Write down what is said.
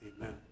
Amen